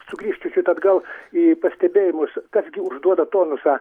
sugrįžti čiut atgal į pastebėjimus kas gi užduoda tonusą